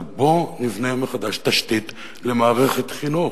אבל בוא נבנה מחדש תשתית למערכת חינוך.